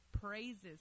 praises